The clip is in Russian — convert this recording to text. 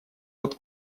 под